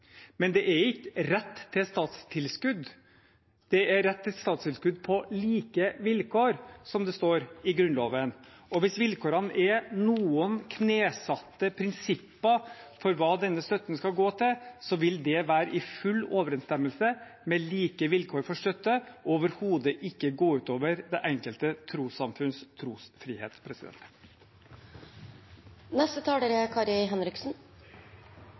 men det er ikke rett til statstilskudd – det er rett til statstilskudd på like vilkår, som det står i Grunnloven. Hvis vilkårene er noen knesatte prinsipper for hva denne støtten skal gå til, vil det være i full overensstemmelse med like vilkår for støtte, og overhodet ikke gå ut over det enkelte trossamfunns trosfrihet.